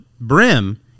brim